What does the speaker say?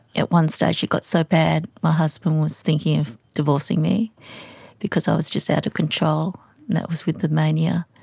at one stage it got so bad my husband was thinking of divorcing me because i was just out of control, and that was with the mania.